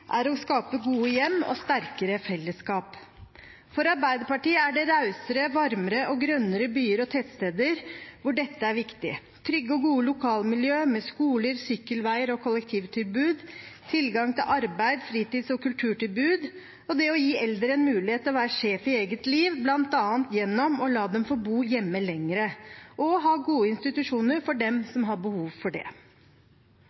hjem og sterkere fellesskap. For Arbeiderpartiet er det rausere, varmere og grønnere byer og tettsteder hvor dette er viktig: trygge og gode lokalmiljø med skoler, sykkelveier og kollektivtilbud, tilgang til arbeid, fritids- og kulturtilbud og det å gi eldre en mulighet til å være sjef i eget liv, bl.a. gjennom å la dem få bo hjemme lenger og ha gode institusjoner for dem